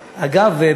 אגב,